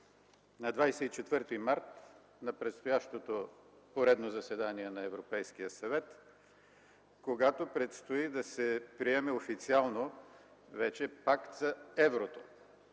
на 24 март, на предстоящото поредно заседание на Европейския съвет, когато предстои да се приеме официално вече Пакт за еврото,